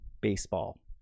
baseball